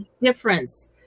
difference